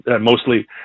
mostly